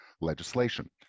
legislation